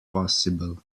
possible